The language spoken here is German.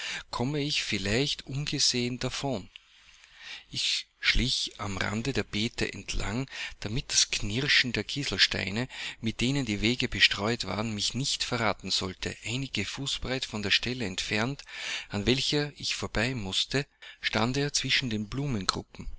komme ich vielleicht ungesehen davon ich schlich am rande der beete entlang damit das knirschen der kieselsteine mit denen die wege bestreut waren mich nicht verraten sollte einige fußbreit von der stelle entfernt an welcher ich vorbei mußte stand er zwischen den